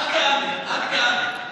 עד כאן, עד כאן.